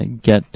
get